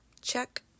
check